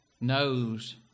knows